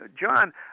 John